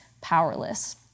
powerless